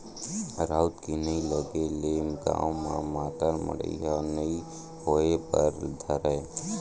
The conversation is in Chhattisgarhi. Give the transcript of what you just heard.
राउत के नइ लगे ले गाँव म मातर मड़ई ह नइ होय बर धरय